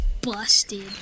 busted